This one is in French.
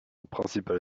principale